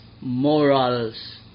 morals